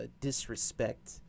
disrespect